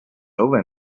over